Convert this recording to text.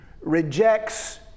rejects